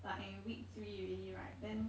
like I in week three already right then